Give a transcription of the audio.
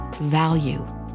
value